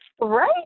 right